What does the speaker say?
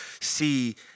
see